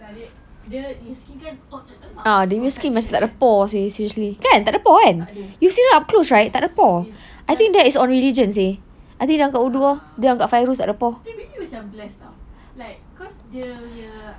the dia punya skin kan perfection kan tak ada yes it's just ah ah dia maybe macam blessed [tau] cause dia punya